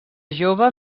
jove